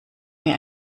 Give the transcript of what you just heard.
mir